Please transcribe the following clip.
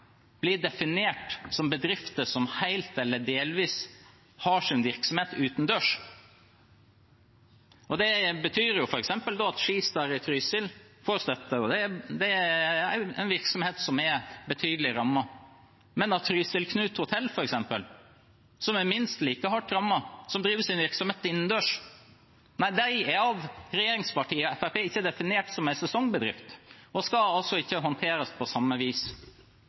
blir definert som bedrifter som helt eller delvis har sin virksomhet utendørs. Det betyr f.eks. at SkiStar Trysil får støtte. Det er en virksomhet som er betydelig rammet, men Trysil-Knut Hotell, f.eks., som er minst like hardt rammet, men som driver sin virksomhet innendørs, blir av regjeringspartiene og Fremskrittspartiet ikke definert som en sesongbedrift og skal altså ikke håndteres på samme vis.